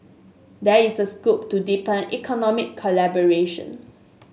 there is a scope to deepen economic collaboration